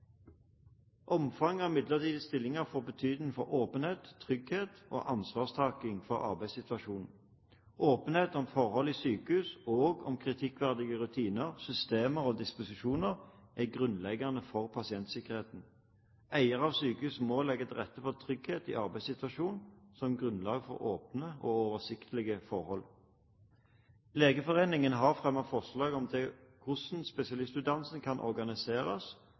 Omfanget av midlertidige stillinger får betydning for åpenhet, trygghet og ansvarstaking for arbeidssituasjonen. Åpenhet om forhold i sykehus, også om kritikkverdige rutiner, systemer og disposisjoner, er grunnleggende for pasientsikkerheten. Eier av sykehus må legge til rette for trygghet i arbeidssituasjonen som grunnlag for åpne og oversiktlige forhold. Legeforeningen har fremmet forslag til hvordan spesialistutdannelsen kan organiseres,